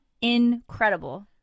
incredible